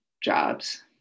jobs